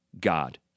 God